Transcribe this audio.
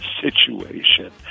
situation